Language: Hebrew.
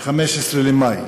ב-15 במאי,